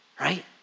right